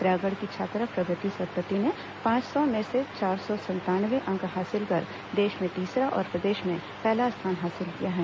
रायगढ़ की छात्रा प्रगति सत्पथी ने पांच सौ में से चार सौ संतानवे अंक हासिल कर देश में तीसरा और प्रदेश में पहला स्थान हासिल किया है